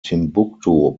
timbuktu